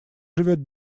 живет